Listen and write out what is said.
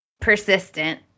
persistent